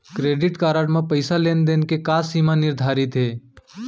Credit card म पइसा लेन देन के का सीमा निर्धारित हे?